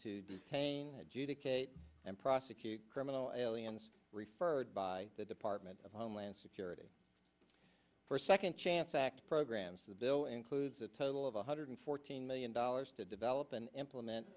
to detain adjudicate and prosecute criminal allianz referred by the department of homeland security for a second chance act programs the bill includes a total of one hundred fourteen million dollars to develop and implement